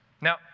Now